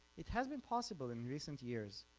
it has been possible in recent years.